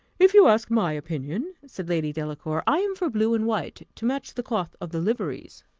if you ask my opinion, said lady delacour, i am for blue and white, to match the cloth of the liveries.